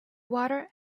water